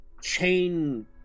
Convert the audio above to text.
chain